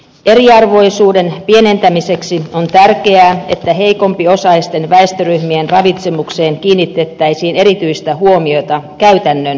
eriarvoisuuden pienentämiseksi on tärkeää että heikompiosaisten väestöryhmien ravitsemukseen kiinnitettäisiin erityistä huomiota käytännön toimenpitein